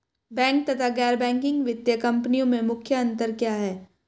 Bank तथा गैर banking वित्तीय कंपनियों में मुख्य अंतर क्या है?